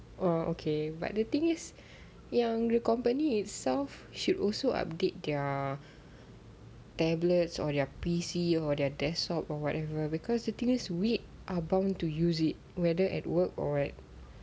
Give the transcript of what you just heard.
oh okay but the thing is yang the company itself should also update their tablets or their P_C or their desktop or whatever because the thing is we are bound to use it whether at work or what